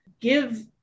give